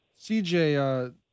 CJ